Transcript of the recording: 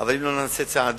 אבל אם לא נעשה צעדים